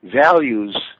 values